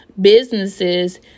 businesses